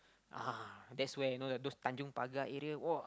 uh that's where you know like those tanjong-pagar area !wah!